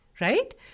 right